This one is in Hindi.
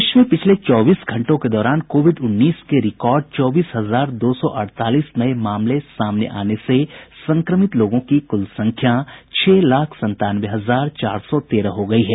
देश में पिछले चौबीस घंटों के दौरान कोविड उन्नीस के रिकार्ड चौबीस हजार दो सौ अड़तालीस नये मामले सामने आने से संक्रमित लोगों की कुल संख्या छह लाख संतानवे हजार चार सौ तेरह हो गई है